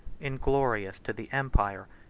inglorious to the empire,